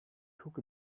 took